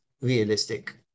realistic